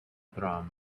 drum